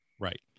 Right